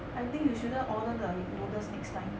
I think you shouldn't order the noodles next time